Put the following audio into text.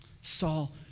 Saul